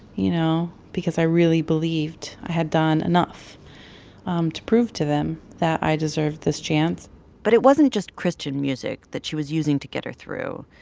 you know, because i really believed i had done enough um to prove to them that i deserve this chance but it wasn't just christian music that she was using to get her through.